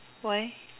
why